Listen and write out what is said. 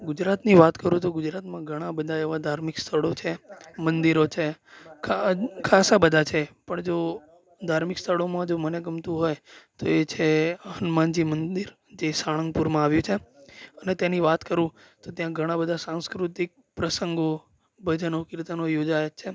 ગુજરાતની વાત કરું તો ગુજરાતમાં ઘણા બધા એવા ધાર્મિક સ્થળો છે મંદિરો છે ખાસા બધા છે પણ જો ધાર્મિક સ્થળોમાં જો મને ગમતું હોય તો એ છે હનુમાનજી મંદિર જે સારંપુરમાં આવ્યું છે અને તેની વાત કરું તો ત્યાં ઘણા બધા સાંસ્કૃતિક પ્રસંગો ભજનો કિર્તનો યોજાય જ છે